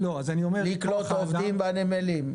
לקלוט עובדים בנמלים,